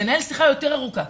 לנהל שיחה יותר ארוכה.